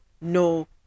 no